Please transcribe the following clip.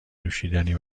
نوشیدنی